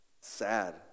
sad